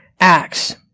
Acts